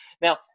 Now